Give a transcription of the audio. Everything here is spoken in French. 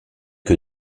que